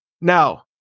Now